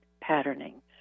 patterning